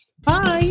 bye